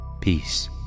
peace